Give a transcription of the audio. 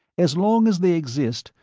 as long as they exist,